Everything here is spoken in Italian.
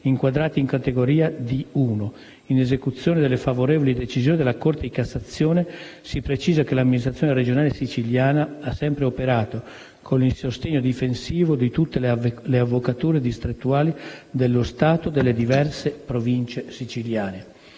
inquadrati in categoria D/1, in esecuzione delle favorevoli decisioni della Corte di cassazione, si precisa che l'Amministrazione regionale siciliana ha sempre operato con il sostegno difensivo di tutte le avvocature distrettuali dello Stato delle diverse Province siciliane